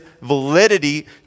validity